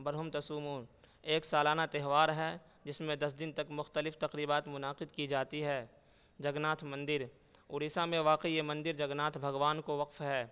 برہم تسومو ایک سالانہ تہوار ہے جس میں دس دن تک مختلف تقریبات منعقد کی جاتی ہے جگ ناتھ مندر اڑیسہ میں واقع یہ مندر جگ ناتھ بھگوان کو وقف ہے